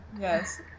Yes